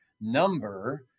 number